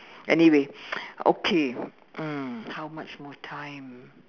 anyway okay um how much more time